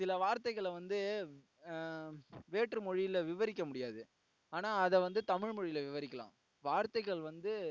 சில வார்த்தைகளை வந்து வேற்று மொழியில் விவரிக்க முடியாது ஆனால் அதை வந்து தமிழ் மொழியில் விவரிக்கலாம் வார்த்தைகள் வந்து